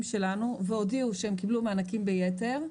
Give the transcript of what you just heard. שלנו והודיעו שהם קיבלו מענקים ביתר,